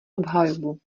obhajobu